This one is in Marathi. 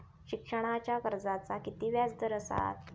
शिक्षणाच्या कर्जाचा किती व्याजदर असात?